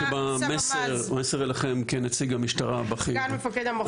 שבמסר אליכם כנציג המשטרה הבכיר,